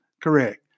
Correct